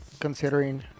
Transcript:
Considering